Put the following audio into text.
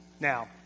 Now